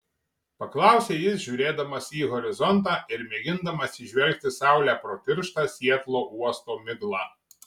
paklausė jis žiūrėdamas į horizontą ir mėgindamas įžvelgti saulę pro tirštą sietlo uosto miglą